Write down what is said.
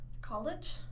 College